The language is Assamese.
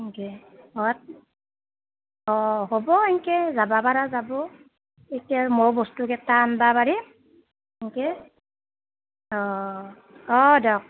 সেটুৱে অঁ অঁ হ'ব ইনকে যাব পৰা যাবো তেতিয়া ময়ো বস্তু কেটা আনিব পাৰিম ইনকে অঁ অঁ অঁ দক